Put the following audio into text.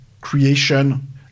creation